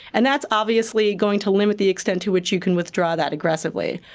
and that's obviously going to limit the extent to which you can withdraw that aggressively.